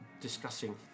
discussing